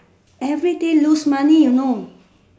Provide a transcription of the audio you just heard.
everyday lose money you know